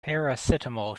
paracetamol